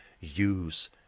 use